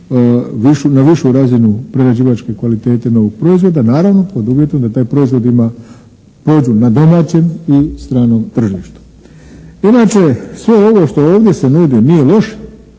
na višu razinu prerađivačke kvalitete novog proizvoda, naravno pod uvjetom da taj proizvod ima, prođu na domaćem i stranom tržištu. Inače, sve ovo što ovdje se nudi nije loše,